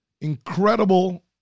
incredible